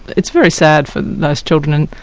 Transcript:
it's very sad for most children,